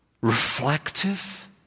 reflective